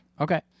Okay